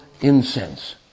incense